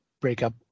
breakup